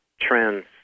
trends